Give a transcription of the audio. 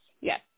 yes